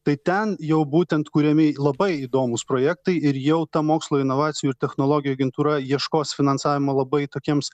tai ten jau būtent kuriami labai įdomūs projektai ir jau ta mokslo inovacijų ir technologijų agentūra ieškos finansavimo labai tokiems